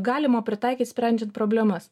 galima pritaikyt sprendžiant problemas